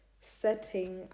setting